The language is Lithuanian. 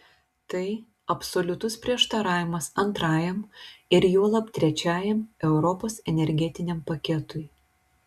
tai absoliutus prieštaravimas antrajam ir juolab trečiajam europos energetiniam paketui